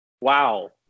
Wow